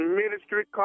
ministry